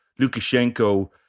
Lukashenko